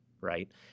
right